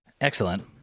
excellent